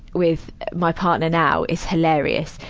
with my partner now is hilarious.